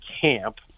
camp